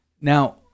Now